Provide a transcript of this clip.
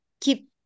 keep